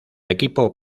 equipo